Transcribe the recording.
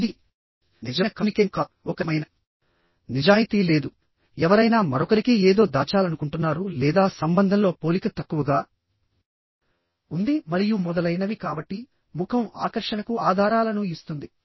ఇది నిజమైన కమ్యూనికేషన్ కాదు ఒక రకమైన నిజాయితీ లేదు ఎవరైనా మరొకరికి ఏదో దాచాలనుకుంటున్నారు లేదా సంబంధంలో పోలిక తక్కువగా ఉంది మరియు మొదలైనవి కాబట్టి ముఖం ఆకర్షణకు ఆధారాలను ఇస్తుంది